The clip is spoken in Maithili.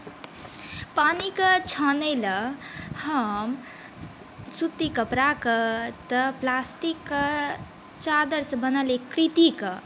पानिकेँ छानै लए हम सुती कपड़ाके तऽ प्लस्टिकके चादरि सँ बनल एक कृतिकऽ